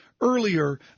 earlier